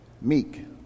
Meek